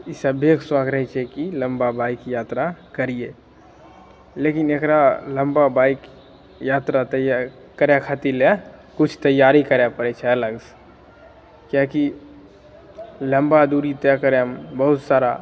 ई सभेके शौक रहै छै की लम्बा बाइक यात्रा करियै लेकिन एकरा लम्बा बाइक यात्रा करै खातिर लए किछु तैआरी करै पड़ैत छै अलग से किएकी लम्बा दुरी तय करै मे बहुत सारा